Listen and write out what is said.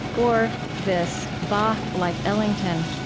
or this, bach, like ellington,